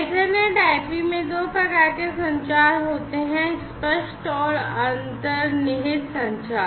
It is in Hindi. EtherNet IP में दो प्रकार के संचार होते हैं स्पष्ट और अंतर्निहित संचार